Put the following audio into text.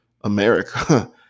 America